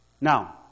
Now